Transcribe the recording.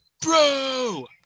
Bro